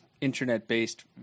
internet-based